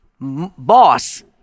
boss